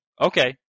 Okay